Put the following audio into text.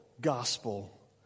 gospel